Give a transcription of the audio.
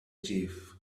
chief